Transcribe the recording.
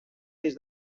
des